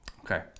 Okay